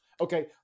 Okay